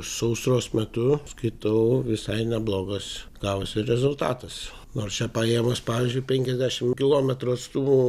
sausros metu skaitau visai neblogas gavosi rezultatas nors čia paėmus pavyzdžiui penkiasdešim kilometrų atstumu